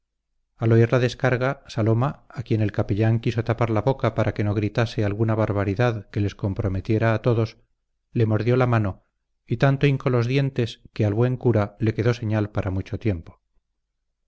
al oír la descarga saloma a quien el capellán quiso tapar la boca para que no gritase alguna barbaridad que les comprometiera a todos le mordió la mano y tanto hincó los dientes que al buen cura le quedó señal para mucho tiempo